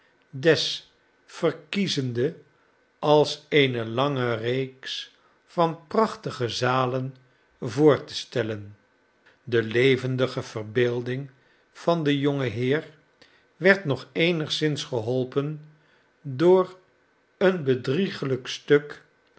ruimte desverkiezende als eene lange reeks van prachtige zalen voor te stellen de levendige verbeelding van den jongen heer werd nog eenigszins geholpen door een bedrieglijk stuk